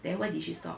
then why did she stop